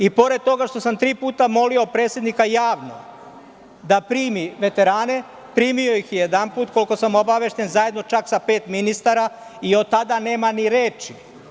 I pored toga što sam tri puta molio predsednika javno da primi veterane, primio ih je jedanput, koliko sam obavešten, zajedno čak sa pet ministara i od tada nema ni reči.